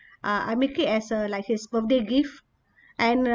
uh I make it as a like his birthday gift and uh